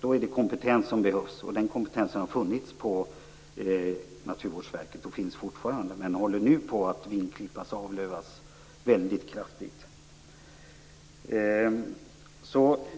Det är kompetens som behövs. Den kompetensen har funnits på Naturvårdverket, och finns där fortfarande, men håller nu på att vingklippas och avlövas väldigt kraftigt.